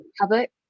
public